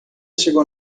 chegou